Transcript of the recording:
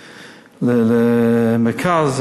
למרכז,